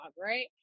right